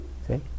See